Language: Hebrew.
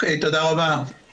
תודה רבה.